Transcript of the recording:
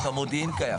אז המודיעין קיים.